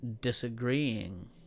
disagreeing